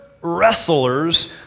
wrestlers